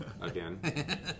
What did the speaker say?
again